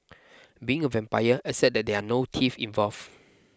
being a vampire except that there are no teeth involved